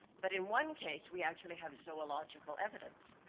but in one case, we actually have zoological evidence.